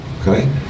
okay